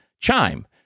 chime